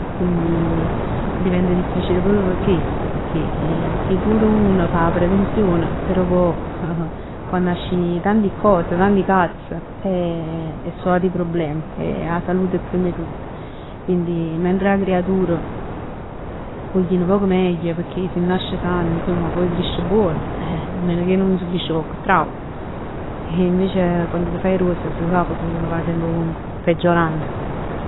Di- diventa difficile pur p' chest pecchè, si pur uno fa 'a prevenzione, però pò ponn ascì tanti cose, tanti cazz e so ati problem e 'a salute è primm 'e tutt. Quindi mentre 'a creatur pò ji nu poc meglio pecchè si nasci sano, insomma poi crisc buon. A meno che nun subisci cocche trauma. E invece quann t' faje gruoss s' sape che uno va semp peggiorann.